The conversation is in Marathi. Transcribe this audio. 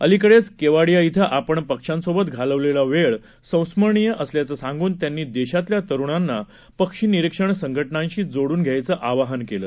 अलिकडेच केवडिया इथं आपण पक्षांसोबत घालवलेला वेळ संस्मरणीय असल्याचं सांगुन त्यांनी देशातल्या तरुणांना पक्षी निरीक्षण संघटनांशी जोडून घ्यायचं आवाहन त्यांनी केलं